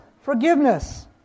forgiveness